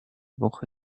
woche